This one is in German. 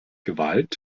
gewalt